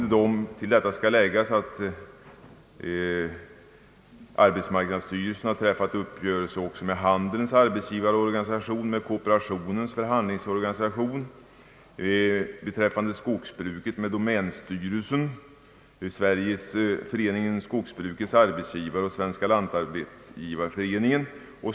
Men till detta skall läggas att arbetsmarknadsstyrelsen har träffat uppgörelse också med Handelns arbetsgivareorganisation och med Kooperationens förhandlingsorganisation samt beträffande skogsbruket med domänstyrelsen, Föreningen Skogsbrukets arbetsgivare och Svenska lantarbetsgivareföreningen.